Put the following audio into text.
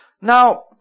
Now